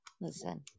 Listen